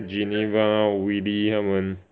Geneva Weelee 他们